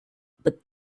but